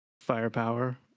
firepower